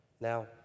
Now